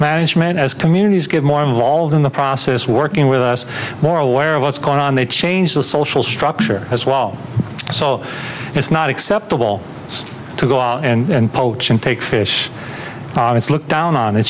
management as communities get more involved in the process working with us more aware of what's going on they change the social structure as well so it's not acceptable to go out and poaching take fish it's looked down on